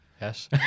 Yes